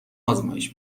آزمایش